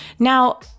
Now